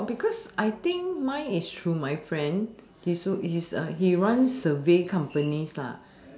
got because I think mine is through my friend his so he's a he runs survey companies lah